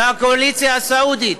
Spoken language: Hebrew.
מהקואליציה הסעודית,